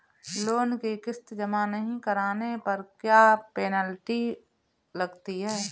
Loan की किश्त जमा नहीं कराने पर क्या पेनल्टी लगती है?